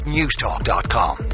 Newstalk.com